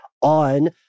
on